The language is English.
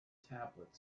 tablet